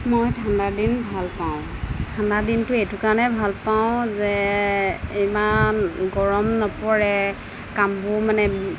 মই ঠাণ্ডাদিন ভাল পাওঁ ঠাণ্ডাদিনটো এইটোকাৰণেই ভাল পাওঁ যে ইমান গৰম নপৰে কামবোৰ মানে